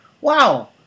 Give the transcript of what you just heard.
wow